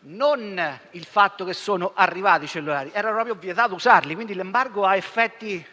Non è che sono arrivati i cellulari: era proprio vietato usarli. Quindi l'embargo ha effetti